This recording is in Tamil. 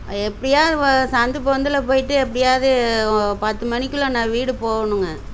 அது எப்டியாவது வ சந்து பொந்தில் போய்விட்டு எப்படியாவுது பத்து மணிக்குள்ளே நான் வீடு போகணுங்க